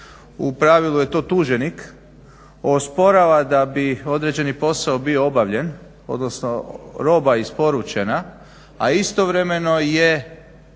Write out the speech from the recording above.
u pravilu je to tuženik osporava da bi određeni posao bio obavljen, odnosno roba isporučena a istovremeno je